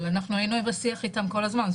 אבל אנחנו היינו בשיח איתם כל הזמן.